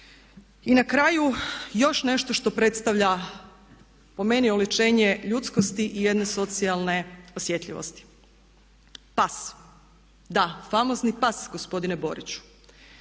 I na kraju još nešto što predstavlja po meni oličenje ljudskosti i jedne socijalne osjetljivosti. Pas, da famozni pas gospodine Boriću,